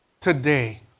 today